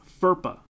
FERPA